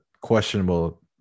questionable